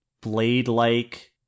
blade-like